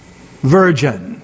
virgin